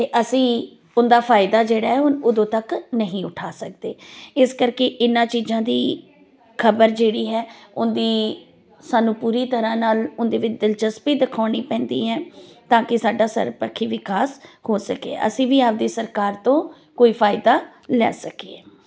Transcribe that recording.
ਅਤੇ ਅਸੀਂ ਉਹਦਾ ਫਾਇਦਾ ਜਿਹੜਾ ਹੁਣ ਉਦੋਂ ਤੱਕ ਨਹੀਂ ਉਠਾ ਸਕਦੇ ਇਸ ਕਰਕੇ ਇਹਨਾਂ ਚੀਜ਼ਾਂ ਦੀ ਖ਼ਬਰ ਜਿਹੜੀ ਹੈ ਉਹਦੀ ਸਾਨੂੰ ਪੂਰੀ ਤਰ੍ਹਾਂ ਨਾਲ ਉਹਦੇ ਵਿੱਚ ਦਿਲਚਸਪੀ ਦਿਖਾਉਣੀ ਪੈਂਦੀ ਹੈ ਤਾਂ ਕੀ ਸਾਡਾ ਸਰਬਪੱਖੀ ਵਿਕਾਸ ਹੋ ਸਕੇ ਅਸੀਂ ਵੀ ਆਪਦੀ ਸਰਕਾਰ ਤੋਂ ਕੋਈ ਫਾਇਦਾ ਲੈ ਸਕੀਏ